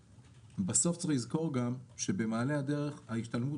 בסוף צריך לזכור גם שבמעלה הדרך ההשתלמות